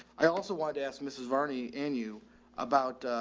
i also wanted to ask mrs varney and you about,